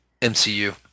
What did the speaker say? MCU